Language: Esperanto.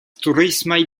turismaj